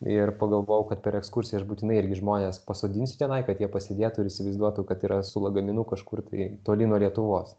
ir pagalvojau kad per ekskursiją aš būtinai irgi žmones pasodinsiu tenai kad jie pasėdėtų ir įsivaizduotų kad yra su lagaminu kažkur tai toli nuo lietuvos